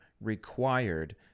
required